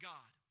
God